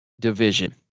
division